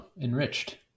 Enriched